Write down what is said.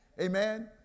amen